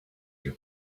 you